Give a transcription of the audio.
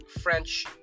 French